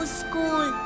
school